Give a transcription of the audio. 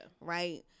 Right